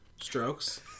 Strokes